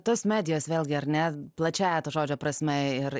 tos medijos vėlgi ar ne plačiąja to žodžio prasme ir